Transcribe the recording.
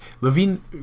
Levine